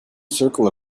circle